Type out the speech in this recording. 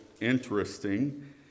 interesting